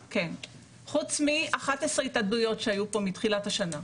חוץ מ-11 התאבדויות שהיו פה מתחילת השנה.